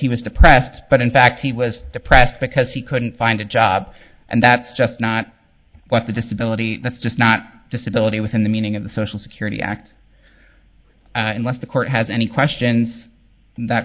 he was depressed but in fact he was depressed because he couldn't find a job and that's just not what the disability that's just not disability within the meaning of the social security act unless the court has any questions that